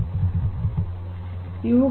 ಅವುಗಳನ್ನು ನೋಡಿರಿ